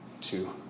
two